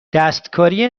دستکاری